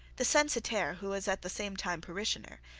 the censitaire, who was at the same time parishioner,